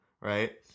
right